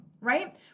right